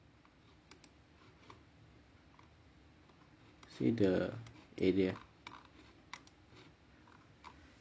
see the area